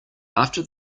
after